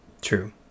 true